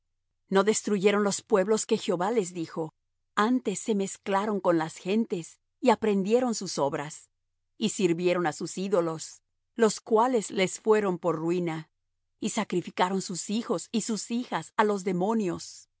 no destruyeron los pueblos que jehová les dijo antes se mezclaron con las gentes y aprendieron sus obras y sirvieron á sus ídolos los cuales les fueron por ruina y sacrificaron sus hijos y sus hijas á los demonios